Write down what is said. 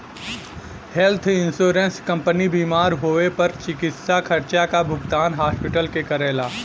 health insurance company बीमार होए पर चिकित्सा खर्चा क भुगतान हॉस्पिटल के करला